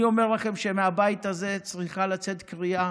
אני אומר לכם שמהבית הזה צריכה לצאת קריאה